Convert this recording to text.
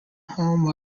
home